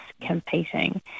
competing